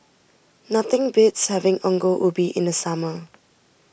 nothing beats having Ongol Ubi in the summer